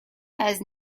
has